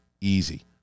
easy